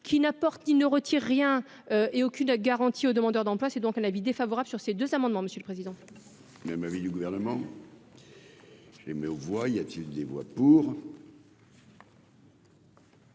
qui n'apportent il ne retire rien et aucune garantie aux demandeurs d'emploi, c'est donc un avis défavorable sur ces deux amendements, monsieur le président. Même avis du gouvernement, je les mets aux voix, y a-t-il des voix pour.